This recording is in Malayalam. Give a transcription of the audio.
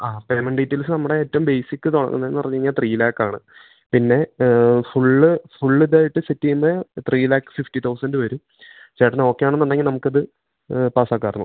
ആ പേമെൻ ഡീറ്റേൽസ് നമ്മടെ ഏറ്റം ബേസിക്ക് തൊടങ്ങ്ന്നേന്ന് പറഞ്ഞയ്ഞ്ഞാ ത്രീ ലേക്കാണ് പിന്നെ ഫുള്ള് ഫുള്ളിതായിട്ട് സെറ്റെയ്യ്ന്ന ത്രീ ലാക്ക് ഫിഫ്റ്റി തൌസൻറ്റ് വെരു ചേട്ടനോക്കെയാണന്നുണ്ടെങ്കി നമക്കത് പാസാക്കാർന്നു